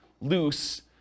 loose